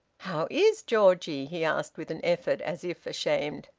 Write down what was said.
how is georgie? he asked with an effort, as if ashamed.